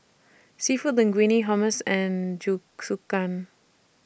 Seafood Linguine Hummus and Jingisukan